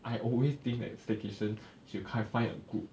I always think that staycation should find a group